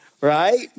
Right